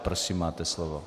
Prosím, máte slovo.